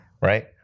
right